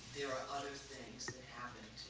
there are other things that happened,